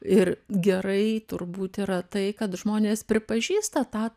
ir gerai turbūt yra tai kad žmonės pripažįsta tą